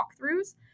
walkthroughs